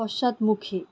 পশ্চাদমুখী